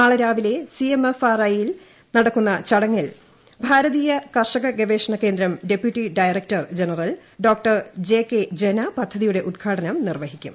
നാളെ രാവിലെ C M F R I യിൽ നട്ടക്കുന്ന ചടങ്ങിൽ ഭാരതീയ കാർഷിക ഗവേഷണ കേന്ദ്രം സ്പ്പ്യൂട്ടി ഡയറക്ടർ ജനറൽ ഡോ ജെ കെ ജന പദ്ധതിയുടെ ഉദ്ഘൂടന്നം നിർവ്വഹിക്കും